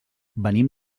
venim